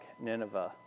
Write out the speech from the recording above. Nineveh